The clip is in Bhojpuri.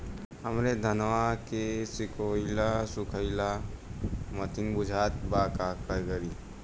हमरे धनवा के सीक्कउआ सुखइला मतीन बुझात बा का करीं?